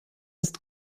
ist